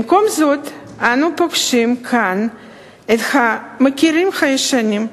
במקום זאת, אנו פוגשים כאן את המכרים הישנים: